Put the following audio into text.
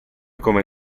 come